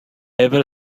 ever